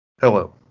Hello